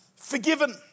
Forgiven